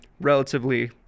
relatively